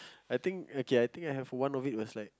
I think okay I think have one of it was like